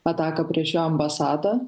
ataką prieš jo ambasadą